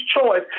choice